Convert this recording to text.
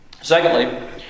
Secondly